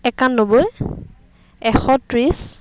একানব্বৈ এশ ত্ৰিছ